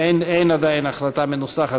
אין עדיין החלטה מנוסחת,